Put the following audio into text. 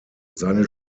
seine